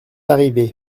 arrivé